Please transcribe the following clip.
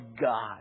God